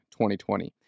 2020